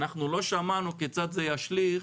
אנחנו לא שמענו איך זה ישליך